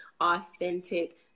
authentic